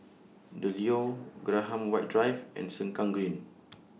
The Leo Graham White Drive and Sengkang Green